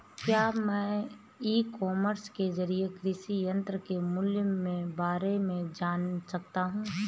क्या मैं e commerce के ज़रिए कृषि यंत्र के मूल्य में बारे में जान सकता हूँ?